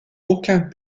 aucun